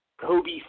Kobe